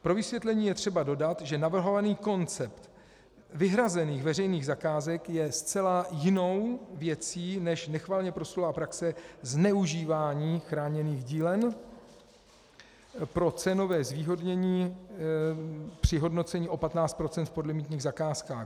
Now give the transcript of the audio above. Pro vysvětlení je třeba dodat, že navrhovaný koncept vyhrazených veřejných zakázek je zcela jinou věcí než nechvalně proslulá praxe zneužívání chráněných dílen pro cenové zvýhodnění při hodnocení o 15 % v podlimitních zakázkách.